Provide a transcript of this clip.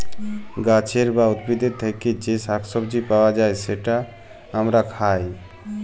গাহাচের বা উদ্ভিদের থ্যাকে যে শাক সবজি পাউয়া যায়, যেট আমরা খায়